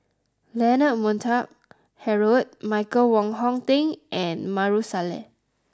Leonard Montague Harrod Michael Wong Hong Teng and Maarof Salleh